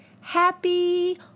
happy